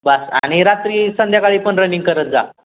बास आणि रात्री संध्याकाळी पण रनिंग करत जा